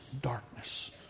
darkness